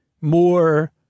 more